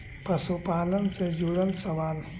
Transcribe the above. पशुपालन से जुड़ल सवाल?